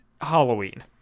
halloween